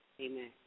Amen